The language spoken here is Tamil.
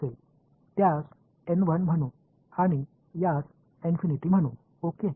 இதை n 1 என்று அழைப்போம் இதை என்று அழைப்போம்